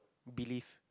believe